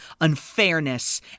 unfairness